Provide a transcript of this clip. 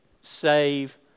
save